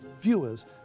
viewers